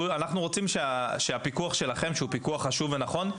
אנחנו רוצים שההורה ישאל את הפיקוח שלכם שהוא חשוב ונכון,